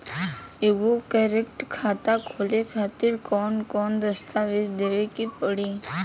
एगो करेंट खाता खोले खातिर कौन कौन दस्तावेज़ देवे के पड़ी?